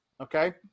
Okay